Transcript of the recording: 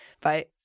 Bye